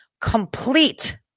complete